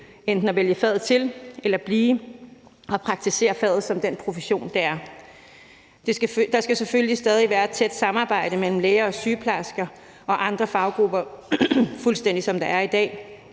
enten at vælge faget til eller blive og praktisere faget som den profession, det er. Der skal selvfølgelig stadig være et tæt samarbejde mellem læger og sygeplejersker og andre faggrupper, fuldstændig som der er i dag,